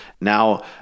now